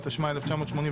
התשמ"ה-1985